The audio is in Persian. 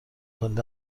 کنید